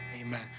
amen